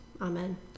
Amen